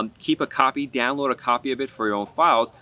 um keep a copy, download a copy of it for your own files,